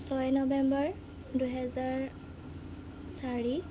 ছয় নৱেম্বৰ দুহেজাৰ চাৰি